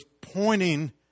pointing